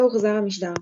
לא הוחזר המשדר.